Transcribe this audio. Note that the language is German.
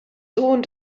sohn